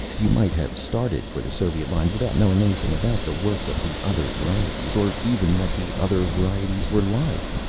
you might have started for the soviet lines without knowing anything about the work of the other varieties. or even what the other varieties were like.